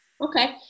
Okay